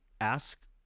ask